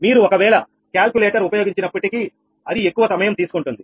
మీరు ఒకవేళ క్యాలిక్యులేటర్ ఉపయోగించినప్పటికీ అది ఎక్కువ సమయం తీసుకుంటుంది